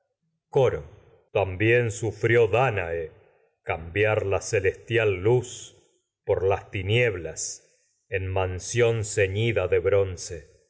coro luz también sufrió dánae cambiar la celestial por las tinieblas en mansión tálamo ceñida de bronce